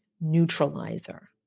neutralizer